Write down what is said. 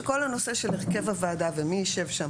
שכל הנושא של הרכב הוועדה ומי ישב שם